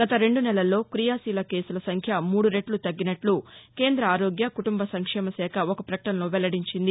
గత రెండు నెలల్లో క్రియాశీల కేసుల సంఖ్య మూడు రెట్లు తగ్గినట్లు కేంద్ర ఆరోగ్య కుటుంబ సంక్షేమ శాఖ ఒక పకటనలో వెల్లడించింది